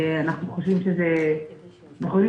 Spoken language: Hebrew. אנחנו חושבים שזה מתבקש.